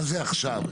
על איזה דיירים מדובר?